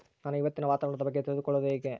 ನಾನು ಇವತ್ತಿನ ವಾತಾವರಣದ ಬಗ್ಗೆ ತಿಳಿದುಕೊಳ್ಳೋದು ಹೆಂಗೆ?